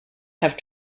have